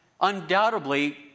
undoubtedly